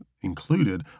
included